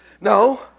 No